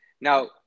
Now